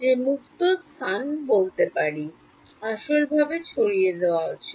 যে মুক্ত স্থান বলতে পারি আসলভাবে ছড়িয়ে দেওয়া উচিত